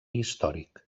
històric